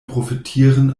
profitieren